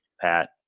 Pat